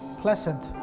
pleasant